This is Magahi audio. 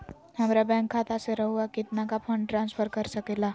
हमरा बैंक खाता से रहुआ कितना का फंड ट्रांसफर कर सके ला?